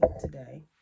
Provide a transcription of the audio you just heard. today